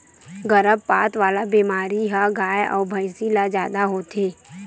गरभपात वाला बेमारी ह गाय अउ भइसी ल जादा होथे